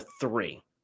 three